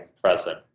present